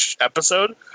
episode